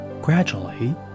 Gradually